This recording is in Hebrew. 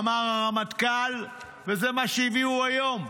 אמר הרמטכ"ל, וזה מה שהביאו היום: